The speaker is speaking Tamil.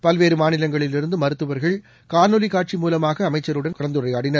பல்வேறு மாநிலங்களில் இருந்து மருத்துவர்கள் காணொலி காட்சி மூலமாக அமைச்சருடன் கலந்துரையாடினர்